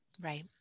Right